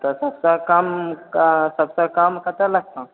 तऽ सबसँ कम तऽ सबसँ कम कते लगतह